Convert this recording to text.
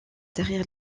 derrière